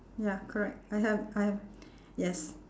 ya correct I have I have yes